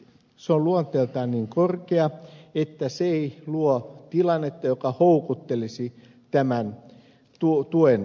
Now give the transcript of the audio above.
se on luonteeltaan niin korkea että se ei luo tilannetta joka houkuttelisi tämän tuen käyttöä